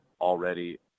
already